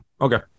okay